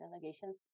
delegations